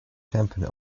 camping